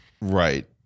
Right